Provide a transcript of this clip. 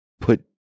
put